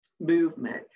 movement